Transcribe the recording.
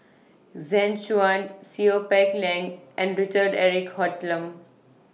Zeng Shouyin Seow Peck Leng and Richard Eric Holttum